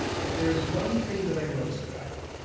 but there is one thing that i noticed about him.